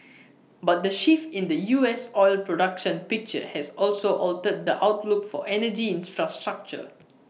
but the shift in the U S oil production picture has also altered the outlook for energy infrastructure